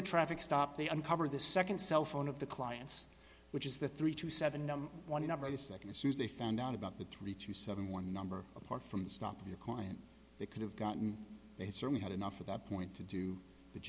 the traffic stop they uncovered this nd cell phone of the clients which is the three to seven number one number the nd as soon as they found out about the three to seventy one number apart from the stop your client they could have gotten they certainly had enough of that point to do the